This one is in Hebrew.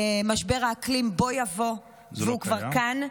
משבר האקלים בוא יבוא, והוא כבר כאן.